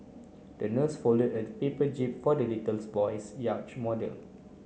the nurse folded a paper jib for the little boy's yacht model